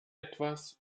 etwas